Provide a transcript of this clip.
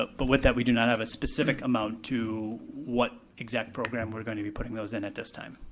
but but with that we do not have a specific amount to what exact program we're going to be putting those in at this time.